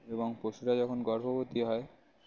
এবং পশুরা যখন গর্ভবতী হয়